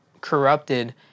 corrupted